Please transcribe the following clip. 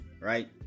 right